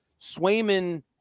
Swayman